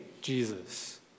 jesus